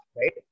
right